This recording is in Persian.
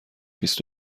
بیست